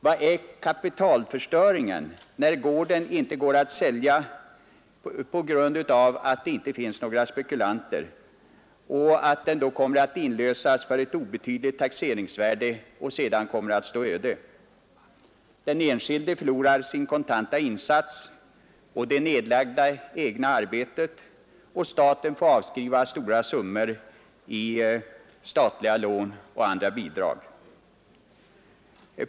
Vad är kapitalförstöringen när gården inte går att sälja på grund av att det inte finns några spekulanter och den kommer att inlösas för ett obetydligt taxeringsvärde och sedan kommer att stå öde? Den enskilde förlorar sin kontanta insats och värdet av sitt eget nedlagda arbete, och staten förlorar stora summor i statliga lån och bidrag.